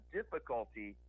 difficulty